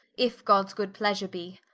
if gods good pleasure be.